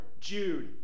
Jude